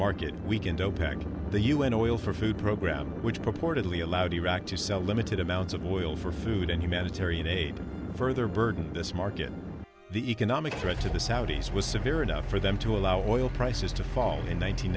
market weekend opec the u n oil for food program which purportedly allowed iraq to sell limited amounts of oil for food and humanitarian aid to further burden this market the economic threat to the saudis was severe enough for them to allow oil prices to fall in